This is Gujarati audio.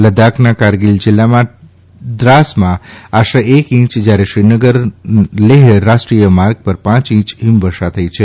લદાખના કારગીલ જિલ્લામાં ટ્રાસમાં આશરે એક ઇંચ જ્યારે શ્રીનગર લેહ રાષ્ટ્રીય રાજમાર્ગ પર પાંચ ઇંચ હિમવર્ષા થઇ છે